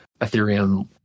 Ethereum